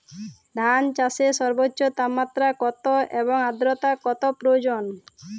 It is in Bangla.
ধান চাষে সর্বোচ্চ তাপমাত্রা কত এবং আর্দ্রতা কত প্রয়োজন?